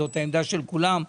זאת העמדה של כולם.